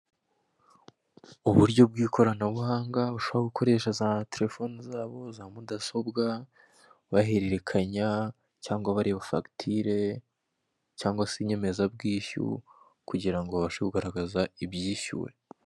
Uburyo bw'ikoranabuhanga bushobora gukoresha za telefoni zabo, za mudasobwa, bahererekanya, cyangwa bareba fagitire cyangwa inyemezabwishyu kugira ngo babashe kugaragaza ibyishyuwe.